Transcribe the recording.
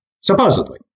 supposedly